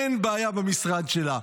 אין בעיה במשרד שלה.